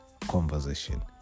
conversation